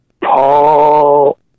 Paul